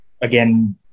again